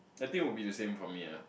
I think it would be the same for me ah